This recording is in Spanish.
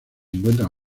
encuentran